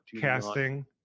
casting